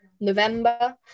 november